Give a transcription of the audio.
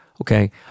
Okay